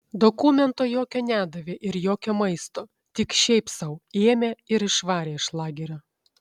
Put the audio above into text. dokumento jokio nedavė ir jokio maisto tik šiaip sau ėmė ir išvarė iš lagerio